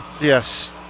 Yes